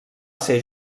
ser